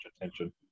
attention